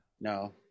No